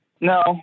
No